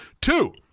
Two